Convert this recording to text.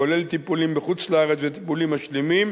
כולל טיפולים בחוץ-לארץ וטיפולים משלימים,